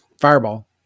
Fireball